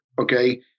okay